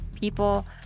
people